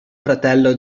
fratello